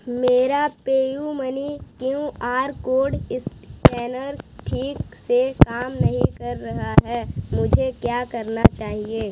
मेरा PayUmoney Q R code scanner ठीक से काम नहीं कर रहा है मुझे क्या करना चाहिए